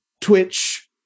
Twitch